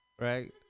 right